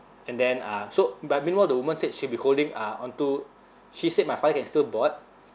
and then uh so but meanwhile the woman said she'll be holding uh on to she said my father can still board